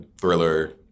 thriller